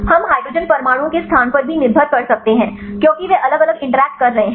हम हाइड्रोजन परमाणुओं के स्थान पर भी निर्भर कर सकते हैं क्योंकि वे अलग अलग इंटरैक्ट कर रहे हैं